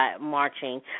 marching